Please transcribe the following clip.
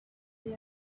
told